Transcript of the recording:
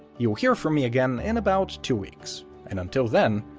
you'll hear from me again in about two weeks and until then,